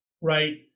Right